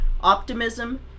Optimism